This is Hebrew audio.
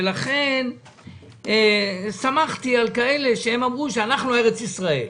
ולכן שמחתי על כאלה שאמרו: אנחנו ארץ ישראל.